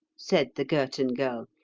said the girton girl.